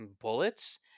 bullets